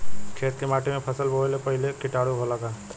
खेत के माटी मे फसल बोवे से पहिले भी किटाणु होला का?